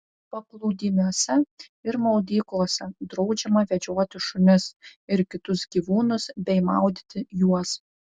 paplūdimiuose ir maudyklose draudžiama vedžioti šunis ir kitus gyvūnus bei maudyti juos